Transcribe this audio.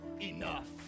enough